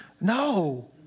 No